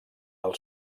del